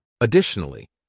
Additionally